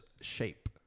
shape